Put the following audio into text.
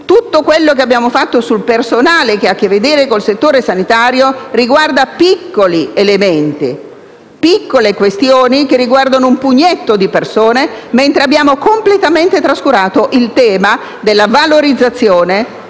tutto quello che abbiamo fatto sul personale che ha a che vedere con il settore sanitario, riguarda piccoli elementi, piccole questioni che riguardano un pugnetto di persone, mentre abbiamo completamente trascurato il tema della valorizzazione